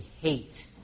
hate